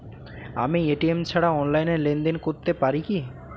আমি এ.টি.এম ছাড়া অনলাইনে লেনদেন করতে পারি কি?